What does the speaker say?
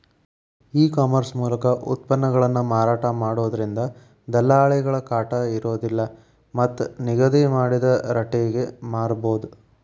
ಈ ಕಾಮರ್ಸ್ ಮೂಲಕ ಉತ್ಪನ್ನಗಳನ್ನ ಮಾರಾಟ ಮಾಡೋದ್ರಿಂದ ದಲ್ಲಾಳಿಗಳ ಕಾಟ ಇರೋದಿಲ್ಲ ಮತ್ತ್ ನಿಗದಿ ಮಾಡಿದ ರಟೇಗೆ ಮಾರಬೋದು